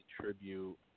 tribute